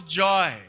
joy